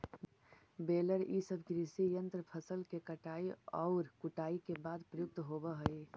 baler इ सब कृषि यन्त्र फसल के कटाई औउर कुटाई के बाद प्रयुक्त होवऽ हई